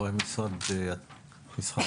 אחרי משרד התעשייה.